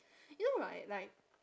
you know right like